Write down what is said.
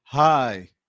Hi